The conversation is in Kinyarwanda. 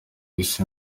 isi